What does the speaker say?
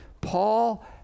Paul